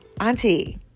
auntie